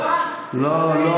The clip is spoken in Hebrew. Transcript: לא.